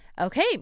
Okay